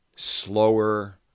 slower